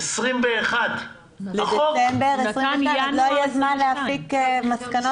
לא יהיה זמן להסיק מסקנות.